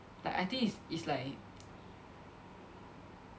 like I think is is like